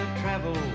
travel